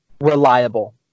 reliable